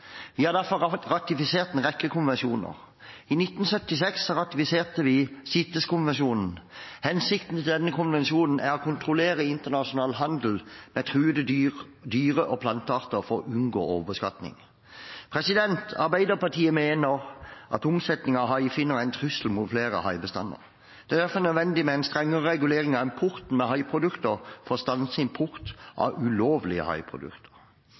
Vi har derfor ratifisert en rekke konvensjoner. I 1976 ratifiserte vi CITES-konvensjonen. Hensikten med denne konvensjonen er å kontrollere internasjonal handel med truede dyre- og plantearter for å unngå overbeskatning. Arbeiderpartiet mener omsetningen av haifinner er en trussel mot flere haibestander. Det er derfor nødvendig med en strengere regulering av importen av haiprodukter for å stanse import av ulovlige